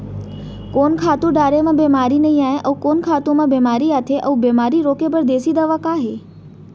कोन खातू डारे म बेमारी नई आये, अऊ कोन खातू म बेमारी आथे अऊ बेमारी रोके बर देसी दवा का हे?